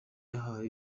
yahawe